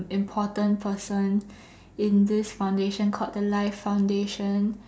important person in this foundation called the Life Foundation